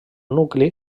nucli